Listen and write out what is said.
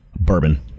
Bourbon